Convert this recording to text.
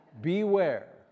Beware